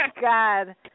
god